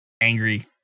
angry